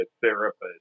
therapist